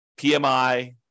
PMI